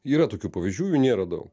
yra tokių pavyzdžių jų nėra daug